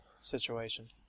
situation